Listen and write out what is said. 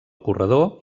corredor